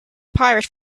pirate